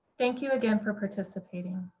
thank you again for participating.